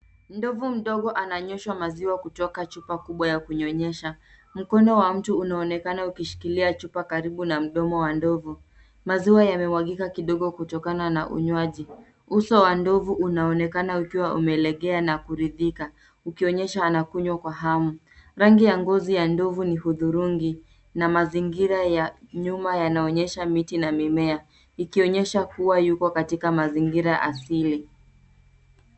Ndovu mdogo ananyoshwa maziwa kutoka chupa kubwa ya kunyonyesha. Mkono wa mtu unaonekana ukishikilia chupa karibu na mdomo wa ndovu. Maziwa yamemwagika kidogo kutokana na unywaji. Uso wa ndovu unaonekana ukiwa umelegea na kuridhika ukionyesha anakunywa kwa hamu. Rangi ya ngozi ya ndovu ni hudhurungi na mazingira ya nyuma yanaonyesha miti na mimea, ikionyesha kuwa yuko katika mazingira asili.